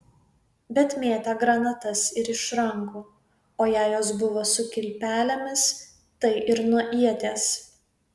bet mėtė granatas ir iš rankų o jei jos buvo su kilpelėmis tai ir nuo ieties